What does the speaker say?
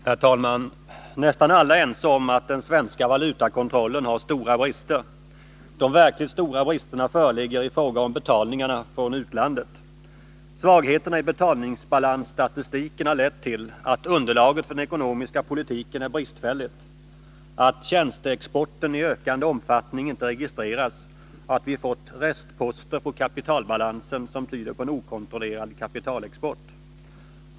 Herr talman! Nästan alla är ense om att den svenska valutakontrollen har stora brister. De verkligt stora bristerna föreligger i fråga om betalningarna från utlandet. Svagheterna i betalningsbalansstatistiken har lett till att underlaget för den ekonomiska politiken är bristfälligt, att tjänsteexporten i ökande omfattning inte registreras och att vi fått restposter på kapitalbalansen, som tyder på en okontrollerad kapitalexport.